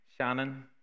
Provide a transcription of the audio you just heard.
Shannon